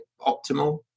optimal